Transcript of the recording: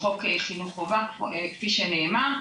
מחוק חינוך חובה כפי שנאמר,